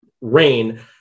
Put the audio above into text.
Rain